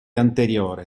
anteriore